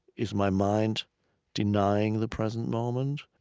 is my mind denying the present moment?